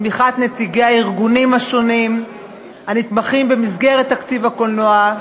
בתמיכת נציגי הארגונים השונים הנתמכים במסגרת תקציב הקולנוע,